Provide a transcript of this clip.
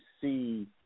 see –